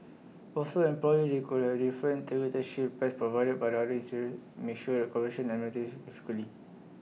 also employees could already different shield plans provided by other difficultly